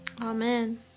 Amen